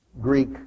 Greek